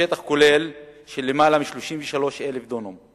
בשטח כולל של למעלה מ-33,000 דונם.